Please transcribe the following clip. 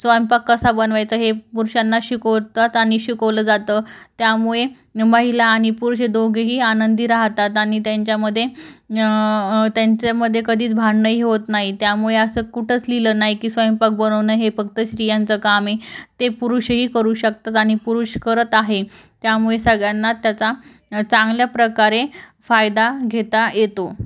स्वयंपाक कसा बनवायचा हे पुरुषांना शिकवतात आणि शिकवलं जातं त्यामुळे महिला आणि पुरुष दोघेही आनंदी राहतात आणि त्यांच्यामध्ये त्यांच्यामध्ये कधीच भांडणही होत नाही त्यामुळे असं कुठंच लिहिलं नाही की स्वयंपाक बनवणं हे फक्त स्त्रियांचं काम आहे ते पुरुषही करू शकतात आणि पुरुष करत आहे त्यामुळे सगळ्यांना त्याचा चांगल्या प्रकारे फायदा घेता येतो